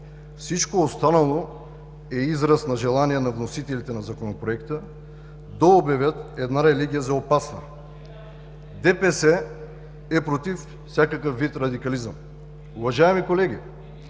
Всичко останало е израз на желание на вносителите на Законопроекта да обявят една религия за опасна. ДПС е против всякакъв вид радикализъм. Уважаеми колеги,